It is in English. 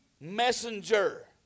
messenger